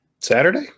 Saturday